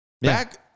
back